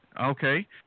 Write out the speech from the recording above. Okay